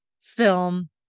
Film